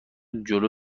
جلو